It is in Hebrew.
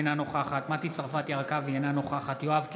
אינה נוכחת מטי צרפתי הרכבי, אינה נוכחת יואב קיש,